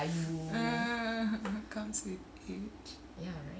ah comes with age